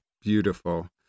Beautiful